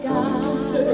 God